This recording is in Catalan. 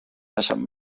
baixen